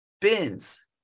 bins